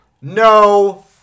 no